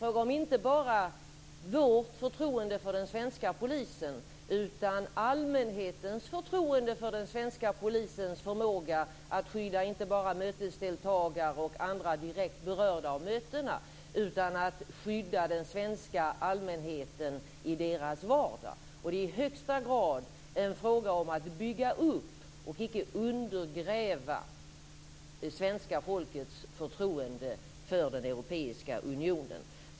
Det är inte bara fråga om vårt förtroende för den svenska polisen, utan om allmänhetens förtroende för den svenska polisens förmåga att skydda inte bara mötesdeltagare och andra direkt berörda av mötena utan den svenska allmänheten i dess vardag. Det är i högsta grad en fråga om att bygga upp och icke undergräva det svenska folkets förtroende för den europeiska unionen.